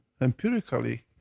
empirically